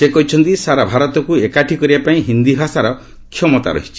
ସେ କହିଛନ୍ତି ସାରା ଭାରତକୁ ଏକାଠି କରିବାପାଇଁ ହିନ୍ଦୀ ଭାଷାର କ୍ଷମତା ରହିଛି